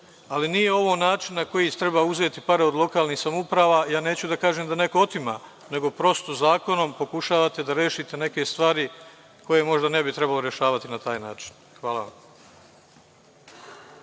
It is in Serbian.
ali nije ovo način na koji treba uzeti pare od lokalnih samouprava. Neću da kažem da neko otima, nego prosto zakonom pokušavate da rešite neke stvari koje možda ne bi trebalo rešavati na taj način. Hvala vam.